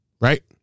Right